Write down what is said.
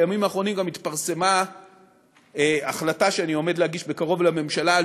בימים האחרונים גם התפרסמה החלטה שאני עומד להגיש בקרוב לממשלה,